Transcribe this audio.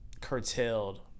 curtailed